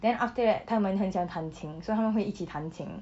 then after that 他们很喜欢弹琴所以他们会一起弹琴